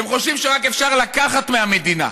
הם חושבים שאפשר רק לקחת מהמדינה.